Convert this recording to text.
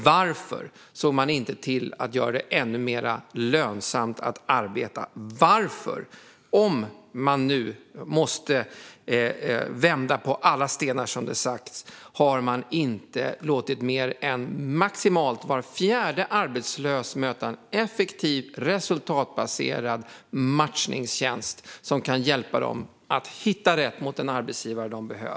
Varför såg man inte till att göra det ännu mer lönsamt att arbeta? Varför har man inte, om man så som man sagt måste vända på alla stenar, låtit mer än maximalt var fjärde arbetslös möta en effektiv och resultatbaserad matchningstjänst som kan hjälpa dem att hitta rätt arbetsgivare?